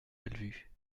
bellevue